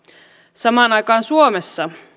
samaan aikaan suomessa